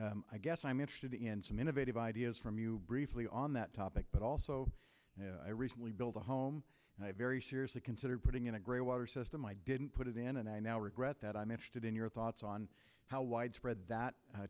table i guess i'm interested in some innovative ideas from you briefly on that topic but also i recently built a home and i very seriously considered putting in a gray water system i didn't put it in and i now regret that i'm interested in your thoughts on how widespread that